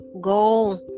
go